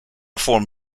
form